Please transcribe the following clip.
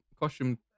Costume